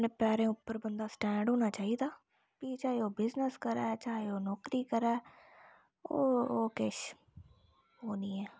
पैरें उप्पर बंदा स्टैंड होना चाहि्दा फ्ही चाहे ओह् बिजनेस करै चाहे ओह् नौकरी करै ओह् ओह् किश ओह् नी ऐ